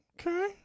Okay